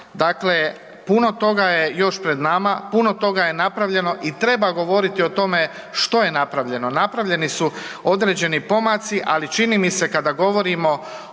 Dakle, puno toga je još pred nama, puno toga je napravljeno i treba govoriti o tome što je napravljeno. Napravljeni su određeni pomaci, ali čini mi se kada govorimo